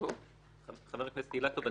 חבר הכנסת אילטוב,